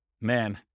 man